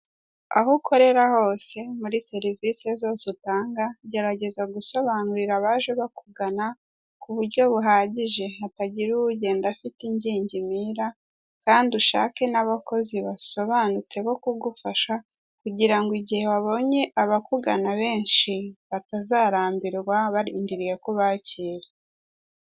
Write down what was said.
Aho ukorera hose, muri serivise zose utanga, gerageza gusobanurira abaje bakugana, ku buryo buhagije, hatagira ugenda afite ingingimira, kandi ushake n'abakozi basobanutse bo kugufasha, kugira ngo igihe wabonye abakugana benshi batazarambirwa, barindiriye ko ubakira.